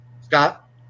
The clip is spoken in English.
Scott